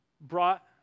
brought